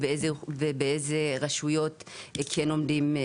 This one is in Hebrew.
ובאיזה רשויות כן עומדים.